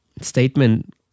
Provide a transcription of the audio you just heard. statement